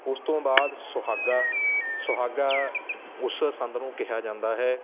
ਉਸ ਤੋਂ ਬਾਅਦ ਸੁਹਾਗਾ ਸੁਹਾਗਾ ਉਸ ਸੰਦ ਨੂੰ ਕਿਹਾ ਜਾਂਦਾ ਹੈ